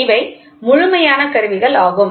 இவை முழுமையான கருவிகள் ஆகும்